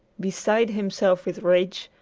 beside himself with rage,